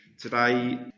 Today